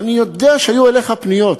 אני יודע שהיו אליך פניות,